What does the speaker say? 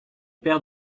paire